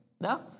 No